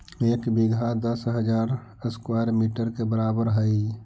एक बीघा दस हजार स्क्वायर मीटर के बराबर हई